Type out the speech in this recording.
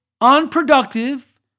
unproductive